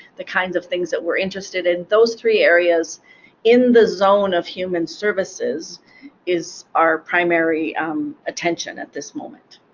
the kinds of things that we're interested in those three areas in the zone of human services is our primary attention at this moment.